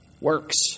works